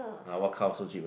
ah so cheap ah